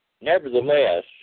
nevertheless